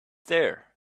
there